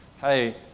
hey